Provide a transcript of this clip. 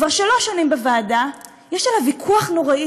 כבר שלוש שנים, בוועדה, יש עליו ויכוח נורא,